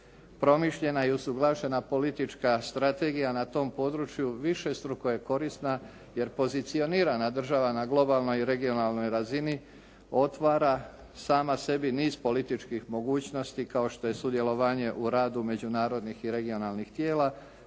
promišljena i usuglašena politička strategija na tom području višestruko je korisna jer pozicionirana država na globalnoj i regionalnoj razini otvara sama sebi niz političkih mogućnosti kao što je sudjelovanje u radu međunarodnih i regionalnih tijela